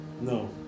No